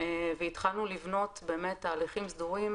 והתחלנו לבנות תהליכים סדורים,